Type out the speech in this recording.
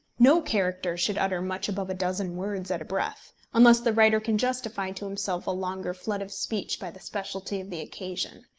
no character should utter much above a dozen words at a breath unless the writer can justify to himself a longer flood of speech by the speciality of the occasion.